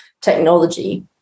technology